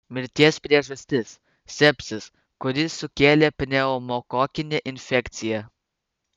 mirties priežastis sepsis kurį sukėlė pneumokokinė infekcija